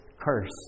curse